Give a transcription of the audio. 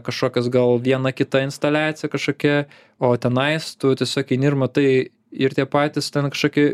kažkokios gal viena kita instaliacija kažkokia o tenais tu tiesiog eini ir matai ir tie patys ten kažkokie